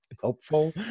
helpful